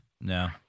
No